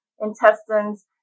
intestines